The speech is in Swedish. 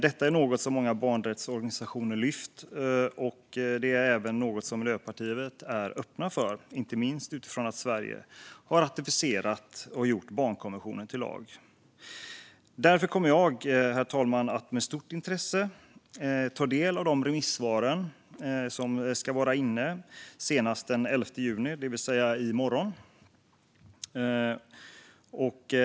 Detta är något som många barnrättsorganisationer har föreslagit, och det är även något som vi i Miljöpartiet är öppna för, inte minst utifrån att Sverige har ratificerat och gjort barnkonventionen till lag. Därför kommer jag, herr talman, att med stort intresse ta del av remissvaren som ska vara inne senast den 11 juni, det vill säga i morgon.